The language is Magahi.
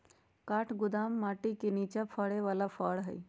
काठ बेदाम माटि के निचा फ़रे बला फ़र हइ